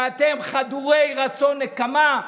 שאתם חדורי רצון נקמה.